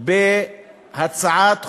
היום בהצעת חוק-היסוד,